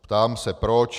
Ptám se proč.